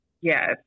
Yes